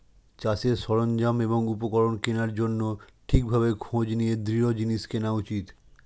চাষের সরঞ্জাম এবং উপকরণ কেনার জন্যে ঠিক ভাবে খোঁজ নিয়ে দৃঢ় জিনিস কেনা উচিত